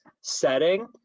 setting